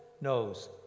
knows